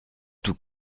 tout